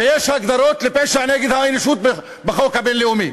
ויש הגדרות לפשע נגד האנושות בחוק הבין-לאומי,